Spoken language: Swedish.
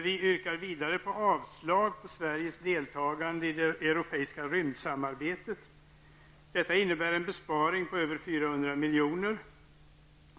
Vi yrkar vidare avslag på förslaget om Sveriges deltagande i det europeiska rymdsamarbetet. Det innebär en besparing på över 400 milj.kr.